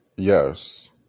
Yes